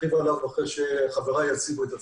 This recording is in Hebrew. ארחיב על זה אחרי שחבריי יציגו את עצמם.